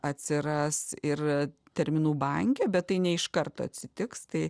atsiras ir terminų banke bet tai ne iš karto atsitiks tai